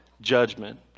judgment